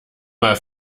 mal